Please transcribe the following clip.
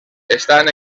estan